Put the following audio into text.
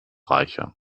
reicher